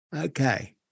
Okay